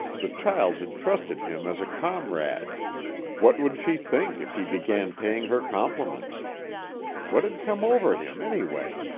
the child had trusted him as a comrade what would she think if he began paying her compliments what had come over him, anyway?